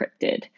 encrypted